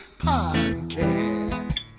Podcast